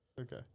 Okay